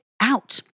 out